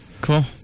cool